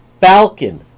Falcon